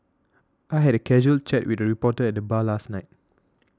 I had a casual chat with a reporter at the bar last night